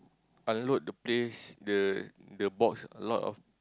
unload the place the the box a lot of